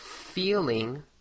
feeling